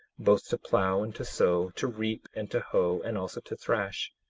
both to plow and to sow, to reap and to hoe, and also to thrash.